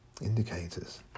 indicators